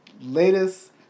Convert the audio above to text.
latest